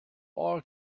all